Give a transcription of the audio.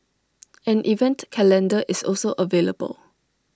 an event calendar is also available